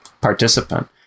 participant